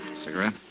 Cigarette